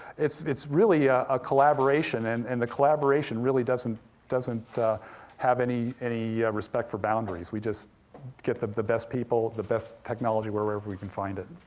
it's it's really a ah collaboration, and and the collaboration really doesn't have have any any respect for boundaries, we just get the the best people, the best technology, wherever we can find it.